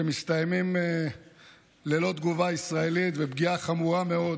שמסתיימים ללא תגובה ישראלית, ופגיעה חמורה מאוד